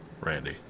Randy